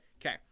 Okay